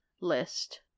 list